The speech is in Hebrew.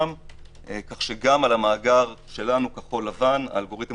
כך שגם על המאגר שלנו כחיל לבן האלגוריתם